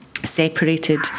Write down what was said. separated